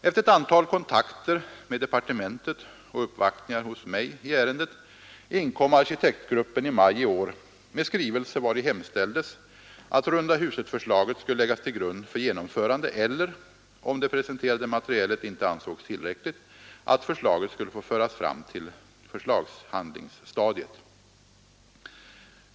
Efter ett antal kontakter med departementet och uppvaktningar hos mig i ärendet inkom arkitektgruppen i maj i år med skrivelse, vari hemställdes att rundahusförslaget skulle läggas till grund för genomförande eller — om det presenterade materialet inte ansågs tillräckligt — att förslaget skulle få föras fram till förslagshandlingsstadiet.